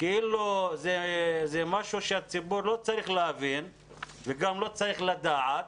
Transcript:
כאילו זה משהו שהציבור לא צריך להבין ולא צריך לדעת.